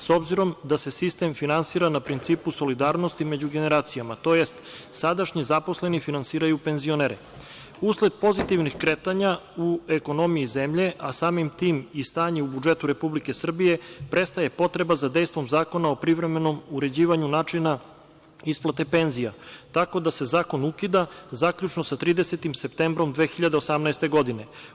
S obzirom da se sistem finansira na principu solidarnosti među generacijama, tj. sadašnji zaposleni finansiraju penzionere, usled pozitivnih kretanja u ekonomiji zemlje, a samim tim i stanje u budžetu Republike Srbije, prestaje potreba za dejstvom Zakona o privremenom uređivanju načina isplate penzija, tako da se zakon ukida zaključno sa 30. septembrom 2018. godine.